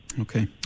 Okay